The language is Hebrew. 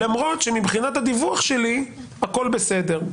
למרות שמבחינת הדיווח שלי הכול בסדר.